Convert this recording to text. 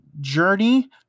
journey